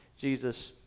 Jesus